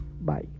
bye